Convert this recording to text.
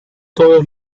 todos